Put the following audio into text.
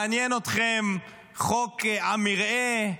מעניין אתכם חוק המרעה,